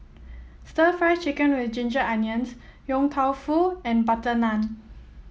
stir Fry Chicken with Ginger Onions Yong Tau Foo and butter naan